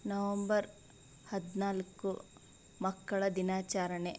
November ಹದಿನಾಲ್ಕು ಮಕ್ಕಳ ದಿನಾಚರಣೆ